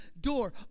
door